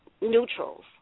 neutrals